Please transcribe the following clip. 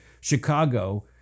Chicago